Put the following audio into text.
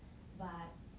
but